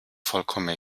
vollkommen